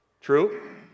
True